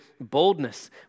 boldness